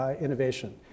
innovation